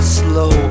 slow